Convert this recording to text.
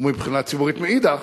ומבחינה ציבורית מאידך,